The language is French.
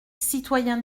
citoyens